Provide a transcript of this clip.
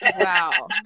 Wow